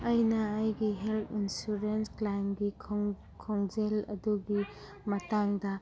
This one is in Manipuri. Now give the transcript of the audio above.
ꯑꯩꯅ ꯑꯩꯒꯤ ꯍꯦꯜꯊ ꯏꯟꯁꯨꯔꯦꯟꯁ ꯀ꯭ꯂꯦꯝꯒꯤ ꯈꯣꯡꯖꯦꯜ ꯑꯗꯨꯒꯤ ꯃꯇꯥꯡꯗ